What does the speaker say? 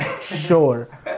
sure